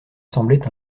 semblait